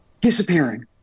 disappearing